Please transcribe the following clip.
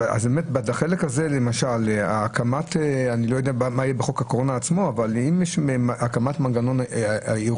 אני לא יודע מה יהיה בחוק הקורונה עצמו אבל אם יש הקמת מנגנון ערעור,